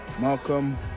malcolm